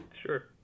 Sure